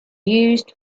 used